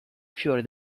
fiore